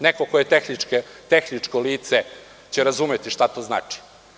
Neko ko je tehničko lice će razumeti šta to znači.